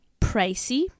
pricey